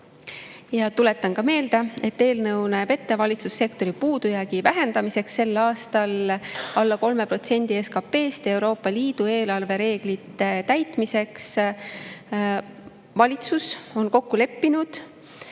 Tuletan ka meelde, et eelnõu näeb ette valitsussektori puudujäägi vähendamise sel aastal alla 3% SKP‑st Euroopa Liidu eelarvereeglite täitmiseks. Valitsus on kokku leppinud